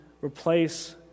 replace